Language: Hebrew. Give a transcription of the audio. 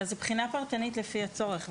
אלא זו בחינה פרטנית לפי הצורך.